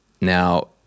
Now